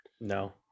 no